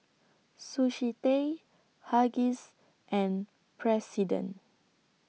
Sushi Tei Huggies and President